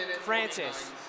Francis